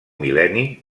mil·lenni